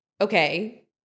okay